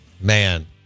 Man